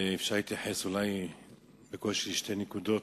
ובקושי אפשר להתייחס לשתי נקודות.